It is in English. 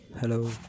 hello